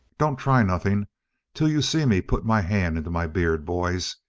don't try nothing till you see me put my hand into my beard, boys.